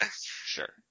Sure